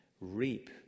reap